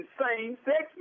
same-sex